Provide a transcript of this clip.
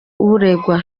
uregwa